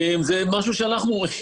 זה משהו שאנחנו,